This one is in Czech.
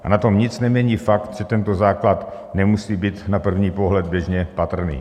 A na tom nic nemění fakt, že tento základ nemusí být na první pohled běžně patrný.